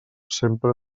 sempre